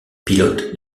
pilote